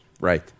right